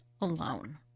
alone